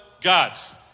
God's